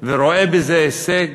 ורואה בזה הישג,